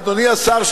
אדוני השר,